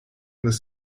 this